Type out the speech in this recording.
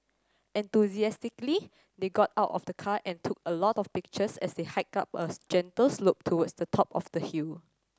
enthusiastically they got out of the car and took a lot of pictures as they hiked up a gentle slope towards the top of the hill